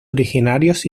originarios